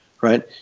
right